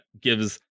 gives